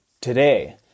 today